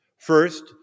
First